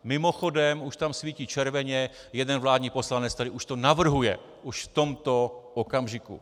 Mimochodem, už tam svítí červeně jeden vládní poslanec, který to navrhuje už v tomto okamžiku.